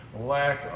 lack